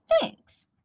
Thanks